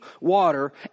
water